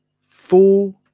four